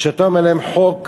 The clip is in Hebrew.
כי כשאתה אומר להם חוק,